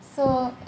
so